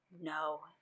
no